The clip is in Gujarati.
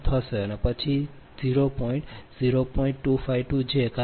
063 p